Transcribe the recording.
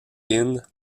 inn